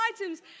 items